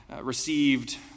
received